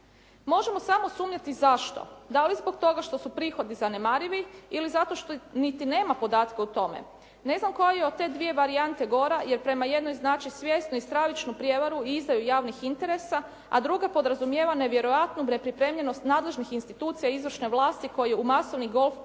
Možemo samo sumnjati zašto, da li zbog toga što su prihodi zanemarivi ili zato što niti nema podataka o tome. Ne znam koja je od te dvije varijante gore jer prema jednoj znači svjesnu i stravičnu prijevaru i izdaju javnih interesa a druga podrazumijeva nevjerojatnu nepripremljenost nadležnih institucija izvršne vlasti koji u masovni golf projekt